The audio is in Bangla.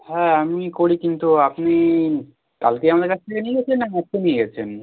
হ্যাঁ আমি করি কিন্তু আপনি কালকে আমাদের কাছ থেকে নিয়ে গিয়েছেন না আজকে নিয়ে গিয়েছেন